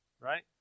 right